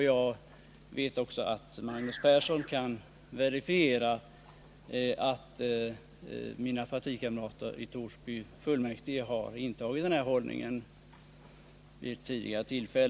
Jag vet att Magnus Persson kan verifiera att mina partikamrater i Torsby fullmäktige vid tidigare tillfälle har intagit samma hållning.